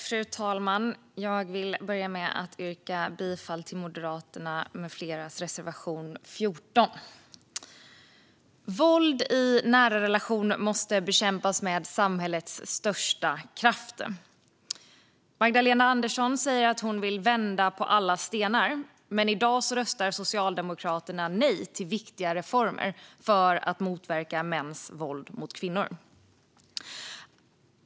Fru talman! Jag vill börja med att yrka bifall till Moderaterna med fleras reservation 14. Våld i nära relationer måste bekämpas med samhällets största kraft. Magdalena Andersson säger att hon vill vända på alla stenar, men i dag röstar Socialdemokraterna nej till viktiga reformer för att motverka mäns våld mot kvinnor.